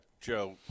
Joe